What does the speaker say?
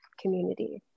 community